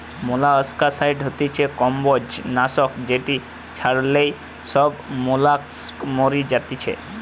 molluscicide হতিছে কম্বোজ নাশক যেটি ছড়ালে সব মোলাস্কা মরি যাতিছে